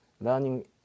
learning